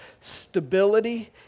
stability